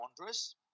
Wanderers